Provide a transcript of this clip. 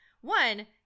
one